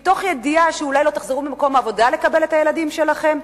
מתוך ידיעה שאולי לא תחזרו ממקום העבודה לקבל את הילדים שלכם?